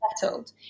settled